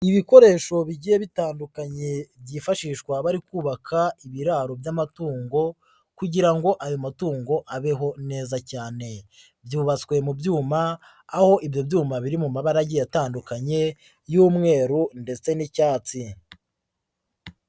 Ibikoresho bigiye bitandukanye byifashishwa bari kubaka ibiraro by'amatungo kugira ayo matungo abeho neza cyane. Byubatswe mu byuma, aho ibyo byuma biri mu mabarage agiye atandukanye y'umweru ndetse n'icyatsi.